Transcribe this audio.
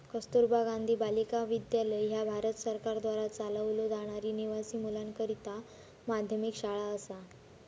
कस्तुरबा गांधी बालिका विद्यालय ह्या भारत सरकारद्वारा चालवलो जाणारी निवासी मुलींकरता माध्यमिक शाळा असा